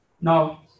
Now